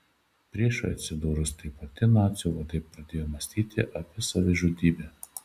priešui atsidūrus taip arti nacių vadai pradėjo mąstyti apie savižudybę